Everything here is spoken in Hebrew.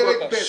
פרק ב'.